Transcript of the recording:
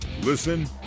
Listen